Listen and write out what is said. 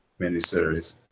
miniseries